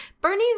Bernie's